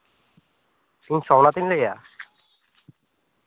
ᱤᱧ ᱥᱳᱢᱱᱟᱛᱷ ᱤᱧ ᱞᱟᱹᱭᱮᱫᱼᱟ